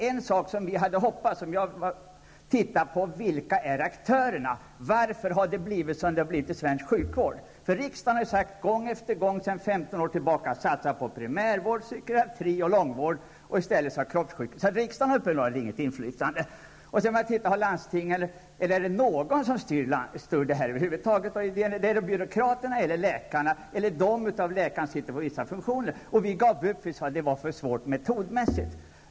En sak som vi hade hoppats kunna titta på var vilka som var aktörerna och varför det har blivit som det har blivit i den svenska sjukvården. Riksdagen har ju gång på gång sedan 15 år tillbaka sagt att vi skall satsa på primärvård, psykiatri och långvård. Riksdagen har uppenbarligen inget inflytande. Har landstingen något inflytande? Är det någon som styr över huvud taget? Är det byråkraterna, läkarna eller de läkare som sitter på vissa funktioner? Vi gav upp och sade att det var för svårt metodmässigt.